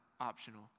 optional